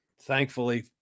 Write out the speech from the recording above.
Thankfully